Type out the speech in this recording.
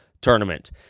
tournament